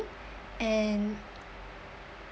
and